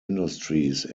industries